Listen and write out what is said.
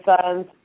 son's